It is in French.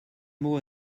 mot